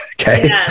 okay